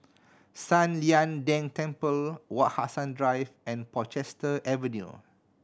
San Lian Deng Temple Wak Hassan Drive and Portchester Avenue